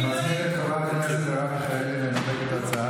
אני מזמין את חברת הכנסת מרב מיכאלי לנמק את ההצעה